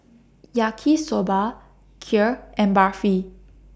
Yaki Soba Kheer and Barfi